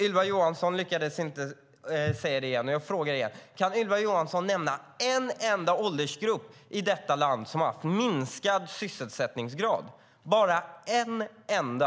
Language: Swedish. Ylva Johansson lyckades inte säga det, så jag frågar igen: Kan Ylva Johansson nämna en enda åldersgrupp i detta land som har haft minskad sysselsättningsgrad, bara en enda?